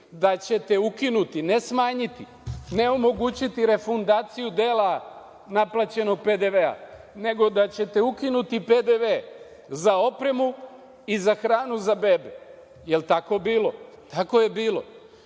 da ćete ukinuti ne smanjiti, ne omogućiti refundaciju dela neplaćenog PDV-a nego da ćete ukinuti PDV za opremu i za hranu za bebe. Da li je tako bilo? Tako je bilo.